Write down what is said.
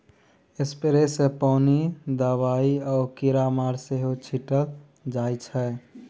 sprayer सँ पानि, दबाइ आ कीरामार सेहो छीटल जाइ छै